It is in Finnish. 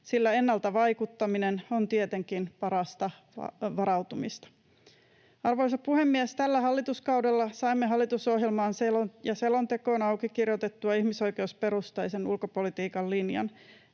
sillä ennalta vaikuttaminen on tietenkin parasta varautumista. Arvoisa puhemies! Tällä hallituskaudella saimme hallitusohjelmaan ja selontekoon auki kirjoitettua ihmisoikeusperustaisen ulkopolitiikan linjan.